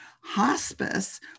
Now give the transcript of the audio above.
hospice